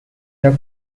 dub